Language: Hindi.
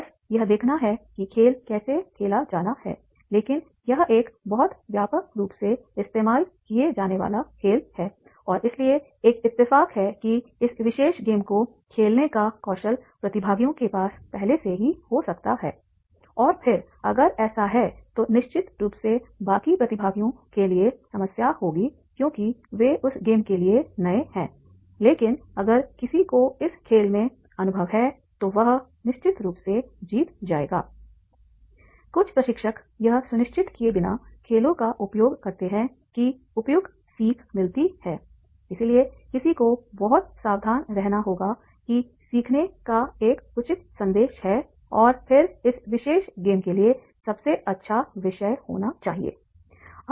बस यह देखना है कि खेल कैसे खेला जाना है लेकिन यह एक बहुत व्यापक रूप से इस्तेमाल किया जाने वाला खेल है और इसलिए एक इत्तफ़ाक़ है कि इस विशेष गेम को खेलने का कौशल प्रतिभागियों के पास पहले से ही हो सकता है और फिर अगर ऐसा है तो निश्चित रूप से बाकी प्रतिभागियों के लिए समस्या होगी क्योंकि वे उस गेम के लिए नए हैं लेकिन अगर किसी को इस खेल में अनुभव है तो वह निश्चित रूप से जीत जाएगा कुछ प्रशिक्षक यह सुनिश्चित किए बिना खेलों का उपयोग करते हैं कि उपयुक्त सीख मिलती है इसलिए किसी को बहुत सावधान रहना होगा कि सीखने का एक उचित संदेश है और फिर इस विशेष गेम के लिए सबसे अच्छा विषय होना चाहिए